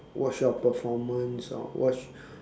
watch your performance or watch